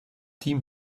team